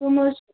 کَم حظ چھُ